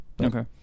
okay